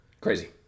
Crazy